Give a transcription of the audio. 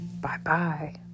Bye-bye